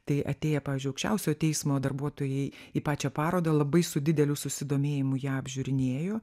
tai atėję pavyzdžiui aukščiausiojo teismo darbuotojai į pačią parodą labai su dideliu susidomėjimu ją apžiūrinėjo